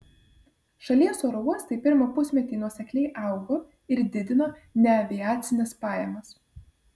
šalies oro uostai pirmą pusmetį nuosekliai augo ir didino neaviacines pajamas